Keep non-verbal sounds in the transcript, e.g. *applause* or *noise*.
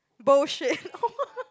bullshit *laughs*